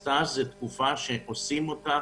סטאז' זו תקופה שעושים אותה